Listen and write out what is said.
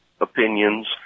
opinions